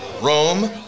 Rome